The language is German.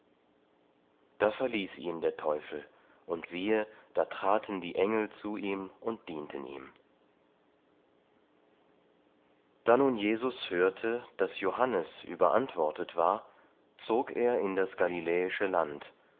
da verließ ihn der teufel und siehe da traten die engel zu ihm und dienten ihm da nun jesus hörte daß johannes überantwortet war zog er in das galiläische land